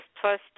plus